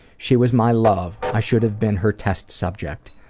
she was my love, i should have been her test subject.